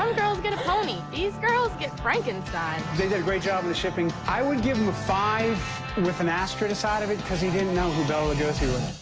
get a pony. these girls get frankenstein. they did a great job with the shipping. i would give them five with an asterisk beside it because he didn't know who bela lugosi was.